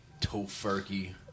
Tofurky